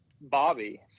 Bobby